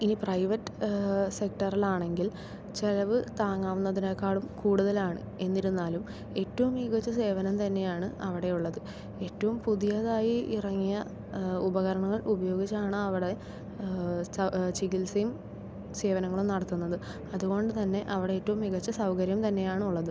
ഇനി പ്രൈവറ്റ് സെക്ടറിലാണെങ്കിൽ ചിലവ് താങ്ങാവുന്നതിനെക്കാളും കൂടുതലാണ് എന്നിരുന്നാലും ഏറ്റവും മികച്ച സേവനം തന്നെയാണ് അവിടെയുള്ളത് ഏറ്റവും പുതിയതായി ഇറങ്ങിയ ഉപകരണങ്ങൾ ഉപയോഗിച്ചാണ് അവിടെ ചികിത്സയും സേവനങ്ങളും നടത്തുന്നത് അതുകൊണ്ട് തന്നെ അവിടെ ഏറ്റവും മികച്ച സൗകര്യം തന്നെയാണ് ഉള്ളത്